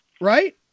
right